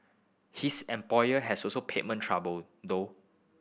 his employer also has payment trouble though